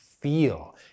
feel